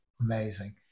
amazing